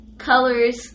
Colors